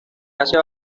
hace